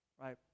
right